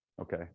okay